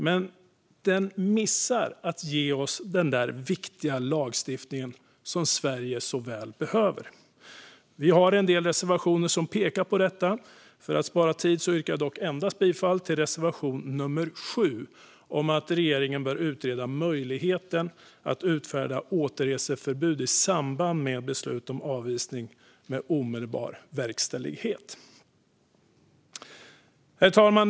Men förslaget missar att ge oss den viktiga lagstiftning som Sverige så väl behöver. Vi har en del reservationer som pekar på detta. För att spara tid yrkar jag dock endast bifall till reservation nummer 7 om att regeringen bör utreda möjligheten att utfärda återreseförbud i samband med beslut om avvisning med omedelbar verkställighet. Herr talman!